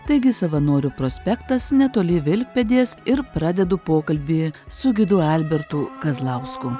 taigi savanorių prospektas netoli vilkpėdės ir pradedu pokalbį su gidu albertu kazlausku